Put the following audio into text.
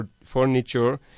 Furniture